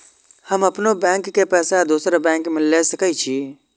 हम अपनों बैंक के पैसा दुसरा बैंक में ले सके छी?